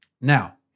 Now